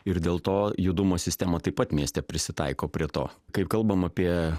ir dėl to judumo sistema taip pat mieste prisitaiko prie to kai kalbam apie